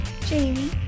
Jamie